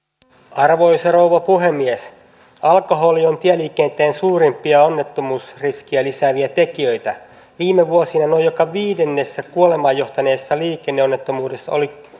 arvoisa rouva puhemies alkoholi on tieliikenteen suurimpia onnettomuusriskiä lisääviä tekijöitä viime vuosina noin joka viidennessä kuolemaan johtaneessa liikenneonnettomuudessa oli